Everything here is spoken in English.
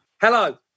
Hello